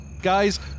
Guys